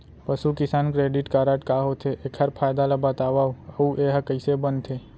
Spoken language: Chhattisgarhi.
पसु किसान क्रेडिट कारड का होथे, एखर फायदा ला बतावव अऊ एहा कइसे बनथे?